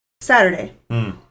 Saturday